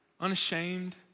unashamed